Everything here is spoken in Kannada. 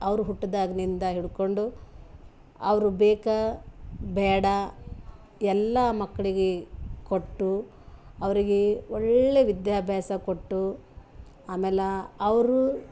ಅವರು ಹುಟ್ದಾಗಿನಿಂದ ಹಿಡುಕೊಂಡು ಅವರು ಬೇಕಾ ಬ್ಯಾಡ ಎಲ್ಲ ಮಕ್ಕಳಿಗೆ ಕೊಟ್ಟು ಅವರಿಗೇ ಒಳ್ಳೆ ವಿದ್ಯಾಭ್ಯಾಸ ಕೊಟ್ಟು ಆಮೇಲೆ ಅವರು